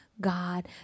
God